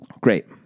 Great